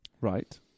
Right